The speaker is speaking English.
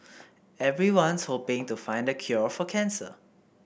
everyone's hoping to find the cure for cancer